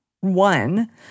one